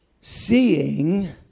seeing